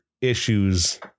issues